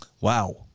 Wow